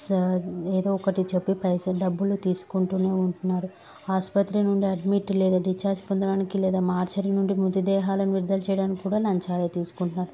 స ఏదో ఒకటి చెప్పి పైస డబ్బులు తీసుకుంటూనే ఉంటున్నారు ఆసుపత్రి నుండి అడ్మిట్ లేదా డిచార్జ్ పొందడానికి లేదా మార్చర్ నుండి ముది దేహాల నిర్ధల్ చేయడానికి కూడా లంచాలే తీసుకుంటున్నారు